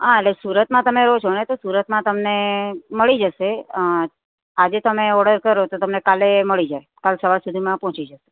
હા એટલે સુરતમાં તમે રહો છો ને તો સુરતમાં તમને મળી જશે આજે તમે ઓડર કરો તો તમને કાલે મળી જાય કાલ સવાર સુધીમાં પહોંચી જાય